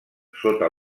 sota